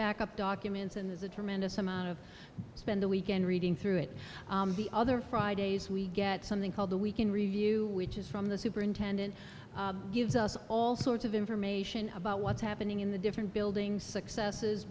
back up documents and there's a tremendous amount of spend a weekend reading through it the other fridays we get something called the we can review which is from the superintendent gives us all sorts of information about what's happening in the different building successes